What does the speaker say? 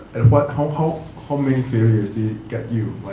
and what, kind of how, how many areas get you,